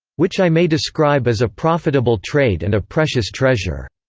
which i may describe as a profitable trade and a precious treasure.